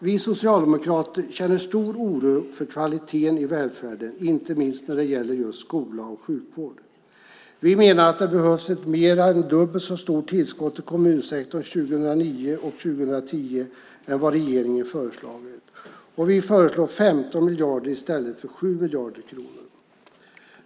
Vi socialdemokrater känner stor oro för kvaliteten i välfärden, inte minst när det gäller just skola och sjukvård. Vi menar att det behövs ett mer än dubbelt så stort tillskott till kommunsektorn 2009 och 2010 än vad regeringen föreslagit. Vi föreslår 15 miljarder i stället för 7 miljarder kronor.